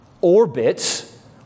orbits